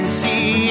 see